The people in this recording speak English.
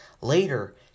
Later